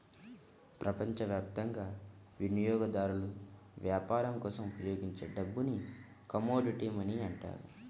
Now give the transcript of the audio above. ప్రపంచవ్యాప్తంగా వినియోగదారులు వ్యాపారం కోసం ఉపయోగించే డబ్బుని కమోడిటీ మనీ అంటారు